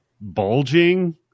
bulging